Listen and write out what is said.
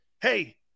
hey